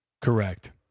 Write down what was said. Correct